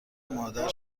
مادر